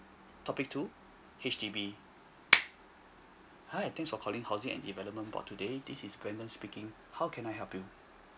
topic two H_D_B hi thanks for calling housing and development board today this is brandon speaking how can I help you